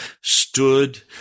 stood